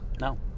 No